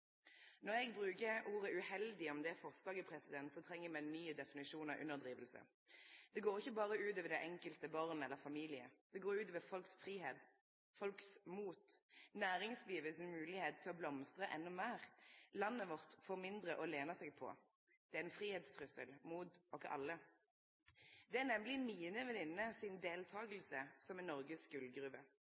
Når eg bruker ordet «uheldig» om det forslaget, treng me ein ny definisjon av underdriving. Det går ikkje berre ut over det enkelte barnet eller familien, det går ut over folks fridom, folks mot, og næringslivet si moglegheit til å blomstre enda meir. Landet vårt får mindre å lene seg på. Det er ein fridomstrussel mot oss alle. Det er nemleg mine venninner si deltaking som er Noregs